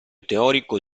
teorico